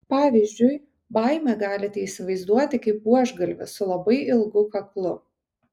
pavyzdžiui baimę galite įsivaizduoti kaip buožgalvį su labai ilgu kaklu